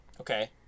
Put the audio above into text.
Okay